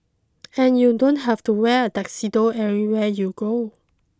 and you don't have to wear a tuxedo everywhere you go